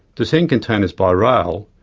to send containers by rail,